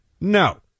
no